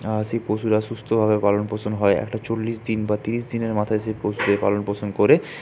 সেই পশুরা সুস্থভাবে পালনপোষণ হয় একটা চল্লিশ দিন বা তিরিশ দিনের মাথায় সেই পশুদের পালনপোষণ করে